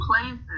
places